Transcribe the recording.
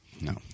no